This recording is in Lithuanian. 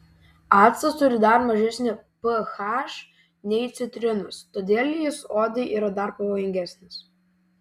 actas turi dar mažesnį ph nei citrinos todėl jis odai yra dar pavojingesnis